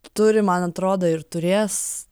turi man atrodo ir turės